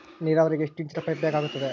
ನೇರಾವರಿಗೆ ಎಷ್ಟು ಇಂಚಿನ ಪೈಪ್ ಬೇಕಾಗುತ್ತದೆ?